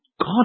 God